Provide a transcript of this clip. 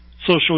social